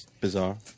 bizarre